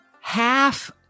half